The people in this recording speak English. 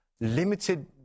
limited